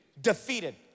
Defeated